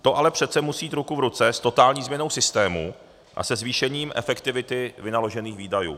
To ale přece musí jít ruku v ruce s totální změnou systému a se zvýšením efektivity vynaložených výdajů.